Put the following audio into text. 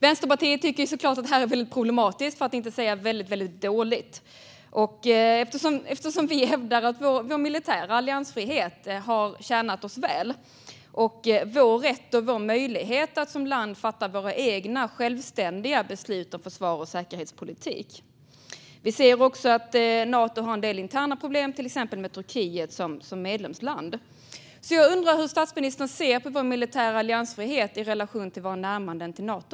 Vänsterpartiet tycker såklart att detta är väldigt problematiskt, för att inte säga väldigt dåligt, eftersom vi hävdar att vår militära alliansfrihet har tjänat oss väl, liksom vår rätt och vår möjlighet att som land fatta våra egna, självständiga beslut om försvars och säkerhetspolitik. Vi ser också att Nato har en del interna problem, till exempel med Turkiet som medlemsland. Jag undrar därför hur statsministern ser på vår militära alliansfrihet i relation till våra närmanden till Nato.